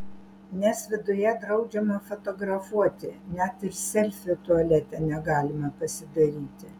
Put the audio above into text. nes viduje draudžiama fotografuoti net ir selfio tualete negalima pasidaryti